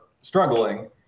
struggling